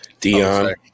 Dion